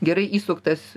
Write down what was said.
gerai įsuktas